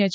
H